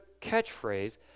catchphrase